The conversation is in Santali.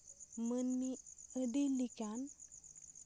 ᱢᱟᱹᱱᱢᱤ ᱟᱹᱰᱤ ᱞᱮᱠᱟᱱ